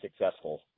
successful